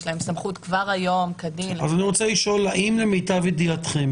יש להם סמכות כבר היום -- אז אני רוצה לשאול האם למיטב ידיעתכם